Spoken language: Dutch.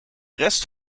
rest